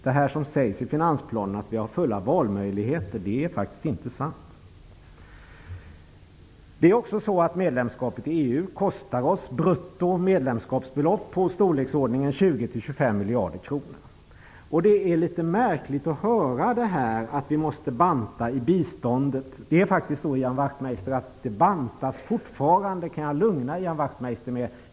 Det som sägs i finansplanen om att vi har fulla valmöjligheter är faktiskt inte sant. Ett medlemskap i EU kostar oss brutto när det gäller medlemskapsbeloppet i storleksordningen 20--25 miljarder kronor. Det är då litet märkligt att här höra att vi måste banta i fråga om biståndet. Det är faktiskt så, Ian Wachtmeister, att det fortfarande bantas. På den punkten kan jag lugna Ian Wachtmeister.